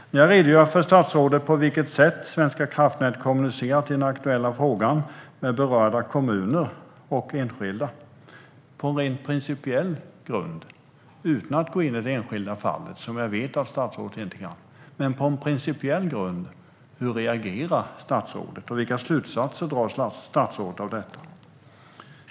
Jag har redogjort för statsrådet hur Svenska kraftnäts kommunikation med berörda kommuner och enskilda har sett ut i den aktuella frågan, och jag undrar hur han reagerar rent principiellt och utan att gå in på det enskilda fallet, vilket jag vet att han inte får. Vilka slutsatser drar han utifrån detta?